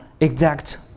exact